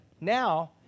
now